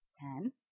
Ten